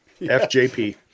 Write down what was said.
FJP